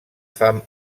fam